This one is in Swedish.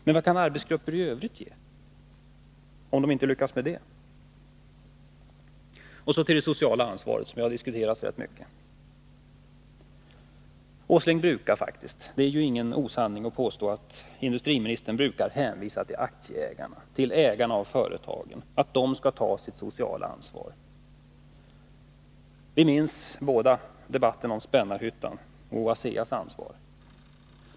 Men vad kan arbetsgrupper i övrigt ge, om de inte lyckas förhindra en nedläggning? Det sociala ansvaret har diskuterats rätt mycket. Det är ingen osanning att påstå att industriministern brukar hänvisa till aktieägarna, ägarna av företagen, och säga att de skall ta sitt sociala ansvar. Vi minns båda debatten om Spännarhyttan och ASEA:s ansvar.